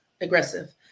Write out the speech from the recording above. aggressive